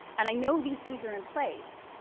and i know these things are in place,